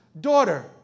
daughter